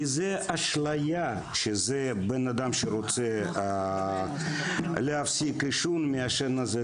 כי זו אשליה שזה בן אדם שרוצה להפסיק לעשן ומעשן את זה,